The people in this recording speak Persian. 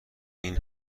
این